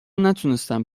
نتونستم